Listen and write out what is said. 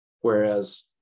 whereas